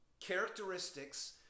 characteristics